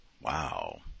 Wow